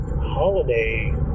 holiday